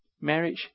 marriage